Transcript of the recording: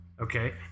okay